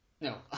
no